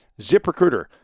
ZipRecruiter